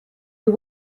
you